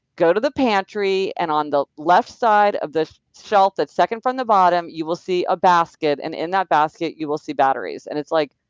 go to the pantry, and on the left side of the shelf that's second from the bottom, you will see a basket and, in that basket, you will see batteries, and it's like,